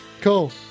Cool